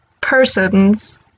persons